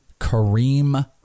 Kareem